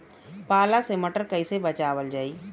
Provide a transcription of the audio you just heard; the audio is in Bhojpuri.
पाला से मटर कईसे बचावल जाई?